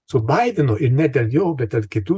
su baidenu ir ne dėl jo bet dėl kitų